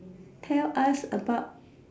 tell us about